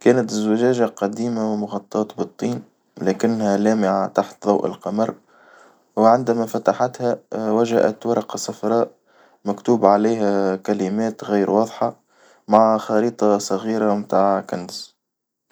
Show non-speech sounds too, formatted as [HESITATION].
كانت الزجاجة قديمة ومغطاة بالطين لكنها لامعة تحت ضوء القمر وعندما فتحتها [HESITATION] وجدت ورقة صفراء مكتوب عليها كلمات غير واضحة مع خريطة صغيرة متاع كنز.